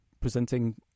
presenting